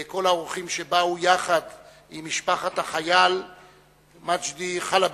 כל האורחים שבאו יחד עם משפחת החייל מג'די חלבי,